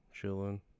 chilling